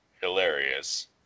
hilarious